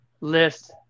list